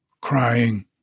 crying